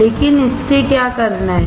लेकिन इससे क्या करना है